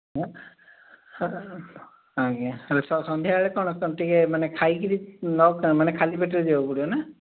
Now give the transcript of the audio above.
ହଁ ଆଜ୍ଞା ହେଲେ ସନ୍ଧ୍ୟାବେଳେ କ'ଣ ଟିକିଏ ମାନେ ଖାଇକରି ନ ମାନେ ଖାଲି ପେଟରେ ଯିବାକୁ ପଡ଼ିବ ନା